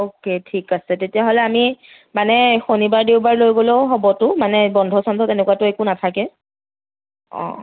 okay ঠিক আছে তেতিয়াহ'লে আমি মানে শনিবাৰ দেওবাৰ লৈ গ'লেও হ'বতো মানে বন্ধ চন্ধ তেনেকুৱাতো একো নাথাকে